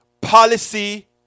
policy